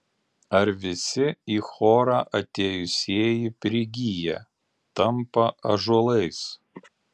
ar visi į chorą atėjusieji prigyja tampa ąžuolais